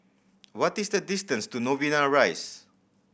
what is the distance to Novena Rise